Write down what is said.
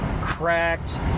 cracked